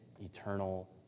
eternal